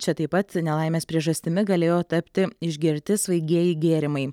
čia taip pat nelaimės priežastimi galėjo tapti išgerti svaigieji gėrimai